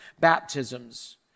baptisms